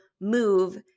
move